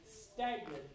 stagnant